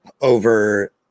over